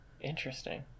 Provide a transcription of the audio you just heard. Interesting